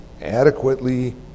adequately